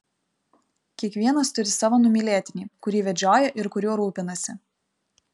kiekvienas turi savo numylėtinį kurį vedžioja ir kuriuo rūpinasi